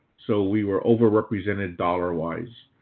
so we were over represented dollar wise.